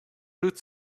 root